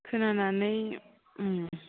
खोनानानै